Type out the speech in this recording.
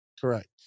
Correct